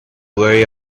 worry